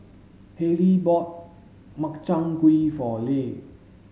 Hayley bought Makchang gui for Le